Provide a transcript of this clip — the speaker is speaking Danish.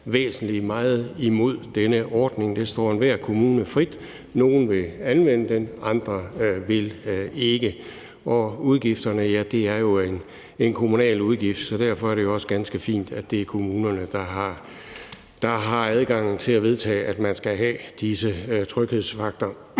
væsentlig meget imod denne ordning. Det står enhver kommune frit for. Nogle vil anvende den, andre vil ikke. Og udgifterne er jo kommunale udgifter, så derfor er det også ganske fint, at det er kommunerne, der har adgang til at vedtage, at man skal have disse tryghedsvagter.